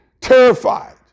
terrified